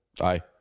Aye